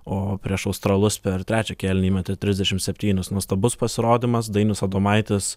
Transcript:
o prieš australus per trečią kėlinį įmetė trisdešimt septynis nuostabus pasirodymas dainius adomaitis